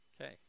okay